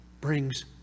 brings